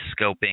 scoping